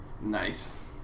nice